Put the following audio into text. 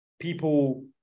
people